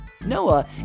Noah